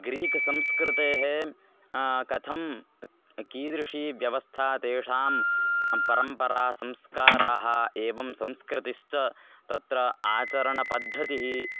Greek संस्कृतेः कथं कीदृशी व्यवस्था तेषां परम्पराः संस्काराः एवं संस्कृतिश्च तत्र आचरणपद्धतिः